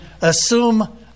assume